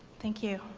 thank you.